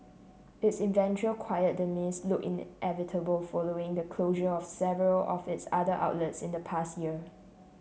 its eventual quiet demise looked inevitable following the closure of several of its other outlets in the past year